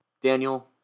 Daniel